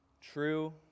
true